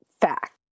fact